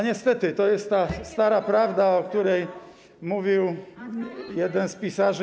Niestety to jest ta stara prawda, o której mówił jeden z pisarzy.